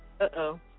uh-oh